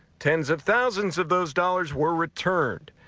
ten s of thousands of those dollars were returned.